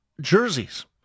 jerseys